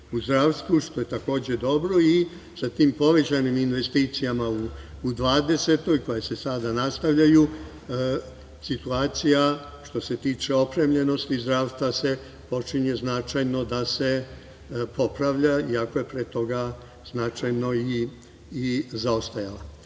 u zdravstvu, što je takođe dobro, i sa tim povećan investicijama u 2020. godini, koje se sada nastavljaju, situacija što se tiče opremljenosti zdravstva počinje značajno da se popravlja i ako je pre toga značajno i zaostajala. Druga